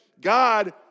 God